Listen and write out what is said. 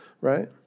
right